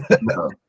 no